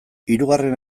hirugarren